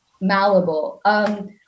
malleable